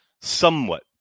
somewhat